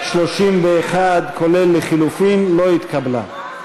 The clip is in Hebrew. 31, כולל לחלופין, לא התקבלה.